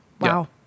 Wow